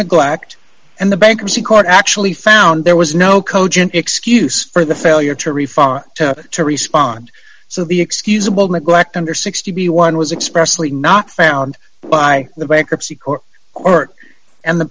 neglect and the bankruptcy court actually found there was no cogent excuse for the failure to refund or to respond so the excusable neglect under sixty one was expressly not found by the bankruptcy court court and the